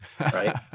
right